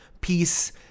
peace